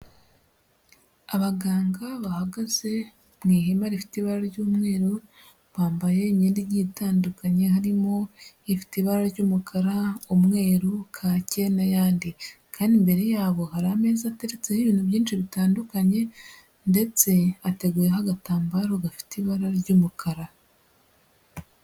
Abaganga bahagaze mu ihema rifite ibara ry'umweru bambaye imyenda igiye itandukanye harimo ifite ibara ry'umukara, umweru, kake n'ayandi, kandi imbere yabo hari ameza ateretseho ibintu byinshi bitandukanye ndetse ateguyeho agagatambaro gafite ibara ry'umukara.